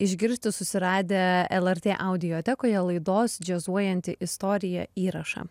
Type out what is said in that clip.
išgirsti susiradę lrt audiotekoje laidos džiazuojanti istorija įrašą